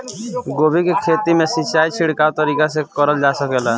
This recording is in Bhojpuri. गोभी के खेती में सिचाई छिड़काव तरीका से क़रल जा सकेला?